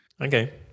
Okay